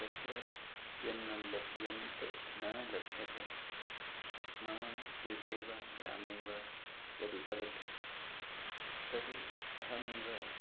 तत्र यन्न लब् यन्त् न लभ्यते मम गृहे वा ग्रामे वा यदुपलभ्यते तत् अहमेव